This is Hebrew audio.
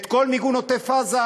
את כל מיגון עוטף-עזה,